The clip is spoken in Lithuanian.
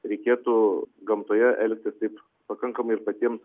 reikėtų gamtoje elgtis taip pakankamai ir patiems